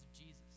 Jesus